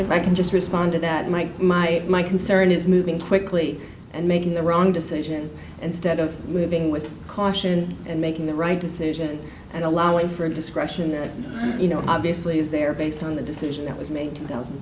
if i can just respond to that mike my my concern is moving quickly and making their own decision instead of living with caution and making the right decision and allowing for a discretionary you know obviously is there based on the decision that was made in two thousand